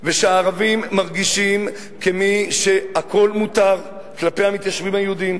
ושהערבים מרגישים כמי שהכול מותר כלפי המתיישבים היהודים.